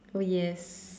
oh yes